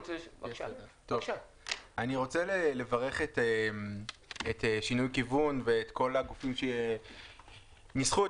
אני רוצה לברך את שינוי כיוון ואת כל הגופים שניסחו את